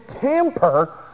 tamper